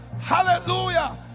Hallelujah